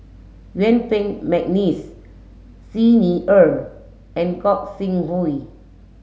Yuen Peng McNeice Xi Ni Er and Gog Sing Hooi